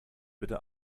bitte